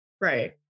Right